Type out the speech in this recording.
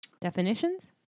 definitions